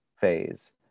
phase